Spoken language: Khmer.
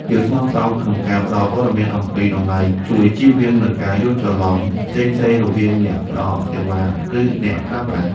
ភាពស្មោះត្រង់ក្នុងការផ្ដល់ព័ត៌មានអំពីតម្លៃជួយជៀសវាងនូវការយល់ច្រឡំផ្សេងៗរវាងអ្នកផ្ដល់សេវា ឬអ្នកប្រើប្រាស់។